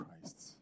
Christ